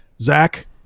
Zach